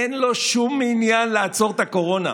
אין לו שום עניין לעצור את הקורונה.